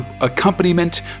accompaniment